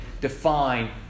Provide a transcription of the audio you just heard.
define